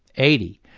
eighty.